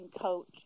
Coach